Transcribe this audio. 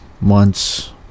months